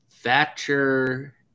Thatcher